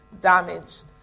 damaged